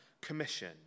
commission